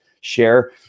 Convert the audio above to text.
share